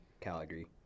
Calgary